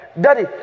Daddy